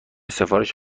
سفارش